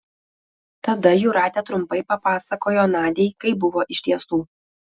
tada jūratė trumpai papasakojo nadiai kaip buvo iš tiesų